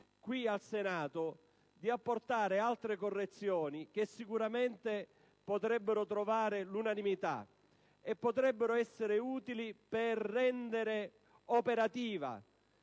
oggi al Senato di apportare altre correzioni che sicuramente potrebbero trovare unanimità, nonché essere utili per rendere operativa,